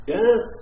Yes